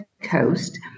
Coast